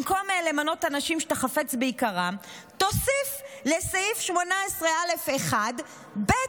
במקום למנות אנשים שאתה חפץ ביקרם תוסיף לסעיף 18א סעיף (ב)